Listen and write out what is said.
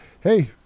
hey